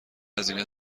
هزینه